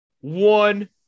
one